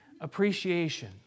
appreciation